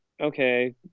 okay